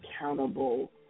accountable